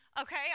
Okay